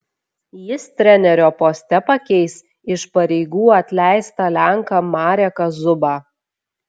jis trenerio poste pakeis iš pareigų atleistą lenką mareką zubą